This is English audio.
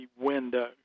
window